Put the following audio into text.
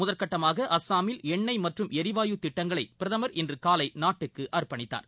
முதல்கட்டமாக அஸ்ஸாமில் எண்ணெய் மற்றும் எரிவாயு திட்டங்களை பிரதமர் இன்று காலை நாட்டுக்கு அர்ப்பணித்தார்